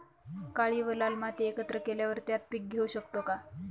काळी व लाल माती एकत्र केल्यावर त्यात पीक घेऊ शकतो का?